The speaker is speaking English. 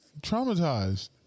traumatized